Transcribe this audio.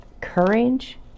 courage